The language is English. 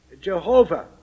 Jehovah